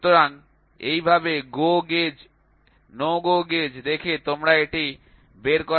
সুতরাং এইভাবে go gauge no go gauge দেখে তোমরা এটি বের করার চেষ্টা করতে পার